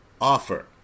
offer